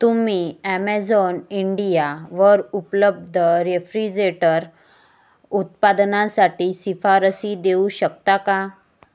तुम्ही ॲमेझॉन इंडियावर उपलब्ध रेफ्रिजेटर उत्पादनांसाठी शिफारसी देऊ शकता का